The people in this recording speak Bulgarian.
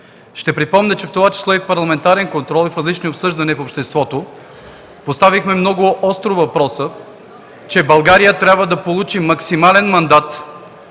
Ще припомня, че и в парламентарен контрол, и в различни обсъждания в обществото поставихме много остро въпроса, че България трябва да получи максимален мандат,